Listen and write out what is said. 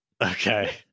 Okay